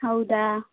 ಹೌದಾ